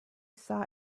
saw